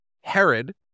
Herod